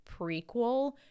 prequel